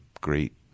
great